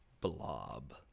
blob